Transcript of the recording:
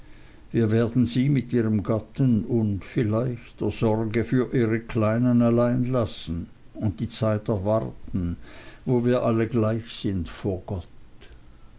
wir werden sie mit ihrem gatten und vielleicht der sorge für ihre kleinen allein lassen und die zeit erwarten wo wir alle gleich sind vor gott